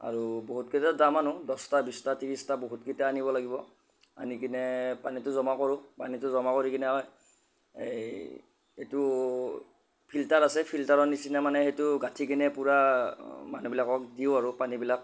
আৰু বহুতকেইটা ড্ৰাম আনোঁ দহটা বিছটা ত্ৰিছটা বহুতকেইটা আনিব লাগিব আনি কিনে পানীটো জমা কৰোঁ পানীটো জমা কৰি কিনে হয় এই এইটো ফিল্টাৰ আছে ফিল্টাৰৰ নিচিনা মানে সেইটো গাঁঠি কিনে পূৰা মানুহবিলাকক দিওঁ আৰু পানীবিলাক